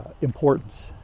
importance